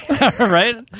right